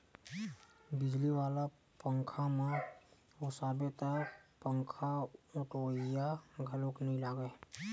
बिजली वाला पंखाम ओसाबे त पंखाओटइया घलोक नइ लागय